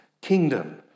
kingdom